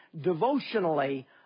devotionally